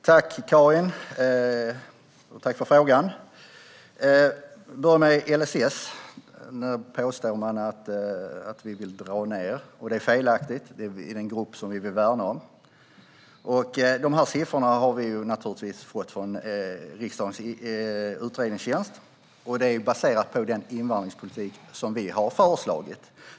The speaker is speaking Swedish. Herr talman! Tack för frågan, Karin Rågsjö! Jag börjar med LSS och påståendena att vi vill dra ned. Det är felaktigt. Det är en grupp som vi vill värna om. Dessa siffror har vi naturligtvis fått från riksdagens utredningstjänst. Det är baserat på den invandringspolitik som vi har föreslagit.